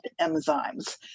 enzymes